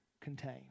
contain